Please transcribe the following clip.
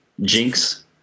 Jinx